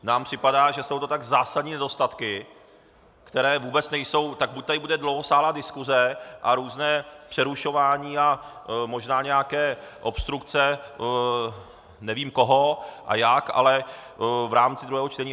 Nám připadá, že jsou to tak zásadní nedostatky, které vůbec nejsou tak buď tady bude dlouhosáhlá diskuse a různé přerušování a možné nějaké obstrukce, nevím koho a jak, ale v rámci druhého čtení.